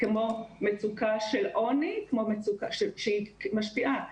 כמו מצוקה של עוני שהיא משפיעה,